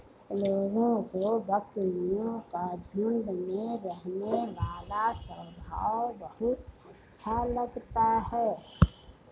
लोगों को बकरियों का झुंड में रहने वाला स्वभाव बहुत अच्छा लगता है